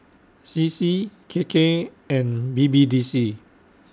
C C K K and B B D C